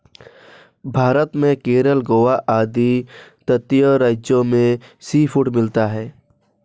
भारत में केरल गोवा आदि तटीय राज्यों में सीफूड मिलता है